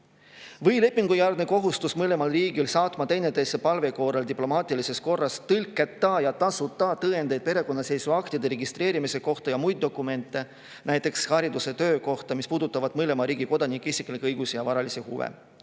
Või lepingu[poolte] kohustus saata teineteise palve korral diplomaatilises korras tõlketa ja tasuta tõendeid perekonnaseisuaktide registreerimise kohta ja muid dokumente (näiteks hariduse ja töö kohta), mis puudutavad mõlema riigi kodanike isiklikke õigusi ja varalisi huve.